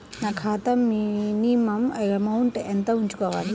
నా ఖాతా minimum amount ఎంత ఉంచుకోవాలి?